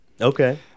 Okay